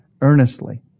earnestly